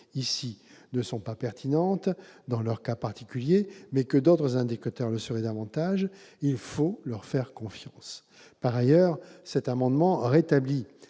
ici ne sont pas pertinentes dans leur cas particulier, mais que d'autres indicateurs le seraient davantage, il faut leur faire confiance. Par ailleurs, cet amendement tend